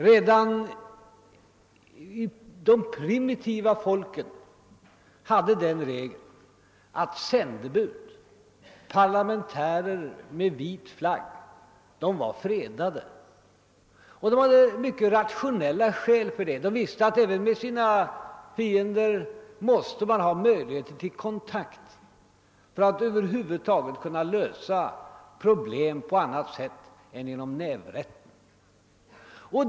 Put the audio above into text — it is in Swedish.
Redan de primitiva folken hade den regeln att sändebud, parlamentärer med vit flagg, var fredade. Och det fanns också mycket rationella skäl för det. Man visste att man måste ha möjlighet till kontakt även med sina fiender för att över huvud taget kunna lösa problemen på annat sätt än genom nävrätten.